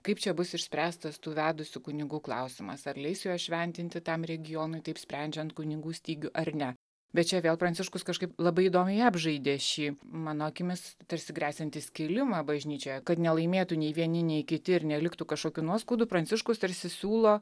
kaip čia bus išspręstas tų vedusių kunigų klausimas ar leis juos šventinti tam regionui taip sprendžiant kunigų stygių ar ne bet čia vėl pranciškus kažkaip labai įdomiai apžaidė šį mano akimis tarsi gresiantį skilimą bažnyčioje kad nelaimėtų nei vieni nei kiti ir neliktų kažkokių nuoskaudų pranciškus tarsi siūlo